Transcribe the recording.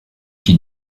qui